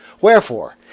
Wherefore